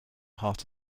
heart